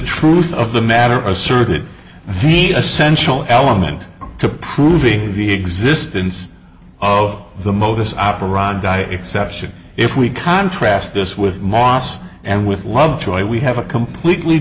truth of the matter asserted via essential element to proving the existence of the modus operandi exception if we contrast this with moss and with lovejoy we have a completely